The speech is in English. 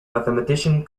mathematician